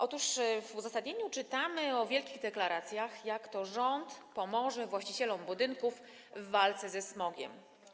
Otóż w uzasadnieniu są wielkie deklaracje, jak to rząd pomoże właścicielom budynków w walce ze smogiem.